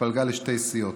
התפלגה לשתי סיעות: